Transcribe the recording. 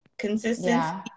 consistency